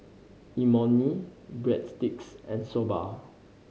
Imoni Breadsticks and Soba